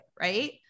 right